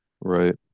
Right